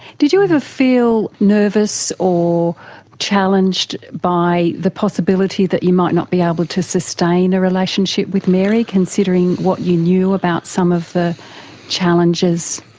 did you ever ah feel nervous or challenged by the possibility that you might not be able to sustain a relationship with mary, considering what you knew about some of the challenges?